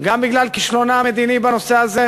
גם בגלל כישלונה המדיני בנושא הזה,